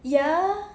ya